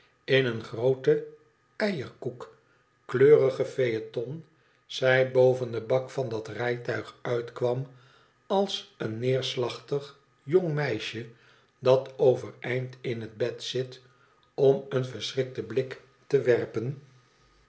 in een grooten eierkoek kleurigen phaëton zij boven den bak van dat rijtuig uitkwam als een neerslachtig jong meisje dat overeind in het bed zit om een verschrikten blik te werpen